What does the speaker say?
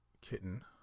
kitten